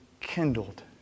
kindled